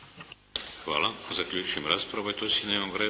Hvala. Zaključujem raspravu